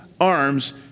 arms